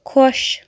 خۄش